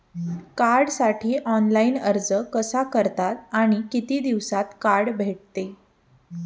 कार्डसाठी ऑनलाइन अर्ज कसा करतात आणि किती दिवसांत कार्ड भेटते?